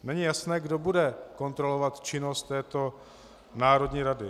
Není jasné, kdo bude kontrolovat činnost této národní rady.